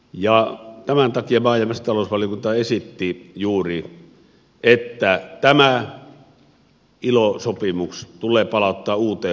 juuri tämän takia maa ja metsätalousvaliokunta esitti että tämä ilo sopimus tulee palauttaa uuteen valmisteluun